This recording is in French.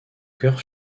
cœur